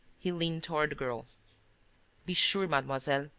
he leaned toward the girl be sure, mademoiselle,